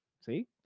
See